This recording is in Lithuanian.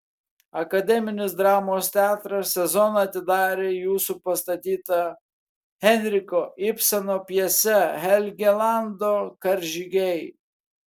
akademinis dramos teatras sezoną atidarė jūsų pastatyta henriko ibseno pjese helgelando karžygiai